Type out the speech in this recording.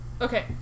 Okay